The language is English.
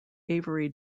avery